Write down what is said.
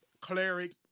Cleric